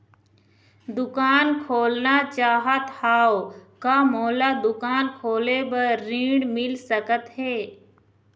दुकान खोलना चाहत हाव, का मोला दुकान खोले बर ऋण मिल सकत हे?